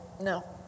No